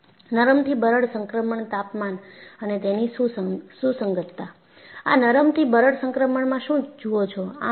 આ નરમ થી બરડ સંક્રમણમાં શું જુઓ છો